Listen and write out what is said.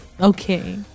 Okay